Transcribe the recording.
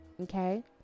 Okay